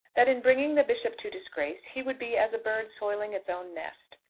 that in bringing the bishop to disgrace, he would be as a bird soiling its own nest.